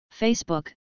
Facebook